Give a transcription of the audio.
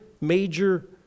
major